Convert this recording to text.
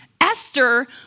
Esther